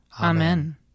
Amen